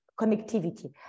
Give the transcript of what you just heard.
connectivity